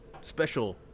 special